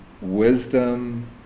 wisdom